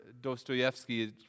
Dostoevsky